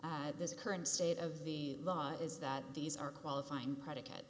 of the current state of the law is that these are qualifying predicates